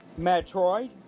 Metroid